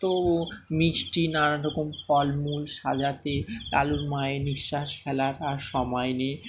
তো মিষ্টি নানারকম ফলমূল সাজাতে লালুর মায়ের নিঃশ্বাস ফেলার আর সময় নেই